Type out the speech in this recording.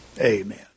Amen